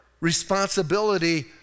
responsibility